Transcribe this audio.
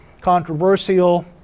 controversial